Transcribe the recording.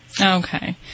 Okay